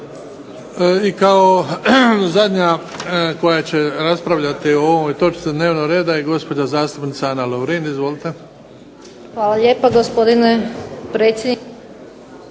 I kao zadnja koja će raspravljati o ovoj točci dnevnog reda je gospođa zastupnica Ana Lovrin. Izvolite. **Lovrin, Ana (HDZ)** Hvala lijepo gospodine predsjedniče.